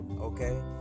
okay